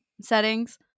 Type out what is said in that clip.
settings